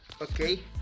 Okay